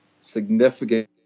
significant